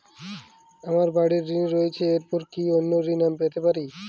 আমার বাড়ীর ঋণ রয়েছে এরপর কি অন্য ঋণ আমি পেতে পারি?